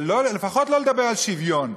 ולפחות לא לדבר על שוויון.